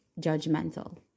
judgmental